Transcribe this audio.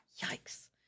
Yikes